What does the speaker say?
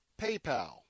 PayPal